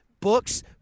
Books